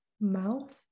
mouth